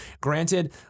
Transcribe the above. Granted